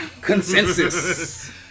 consensus